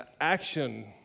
action